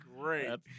great